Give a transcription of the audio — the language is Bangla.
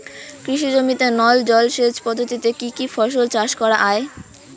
কৃষি জমিতে নল জলসেচ পদ্ধতিতে কী কী ফসল চাষ করা য়ায়?